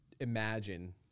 Imagine